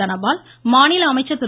தனபால் மாநில அமைச்சர் திரு